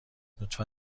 لطفا